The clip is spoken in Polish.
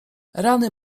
rany